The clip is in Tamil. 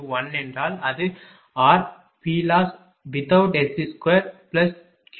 0 என்றால் அது rPLoss2Q2V2